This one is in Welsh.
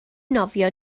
nofio